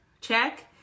check